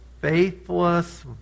faithless